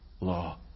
law